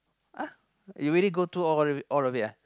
uh you already go through all of it ah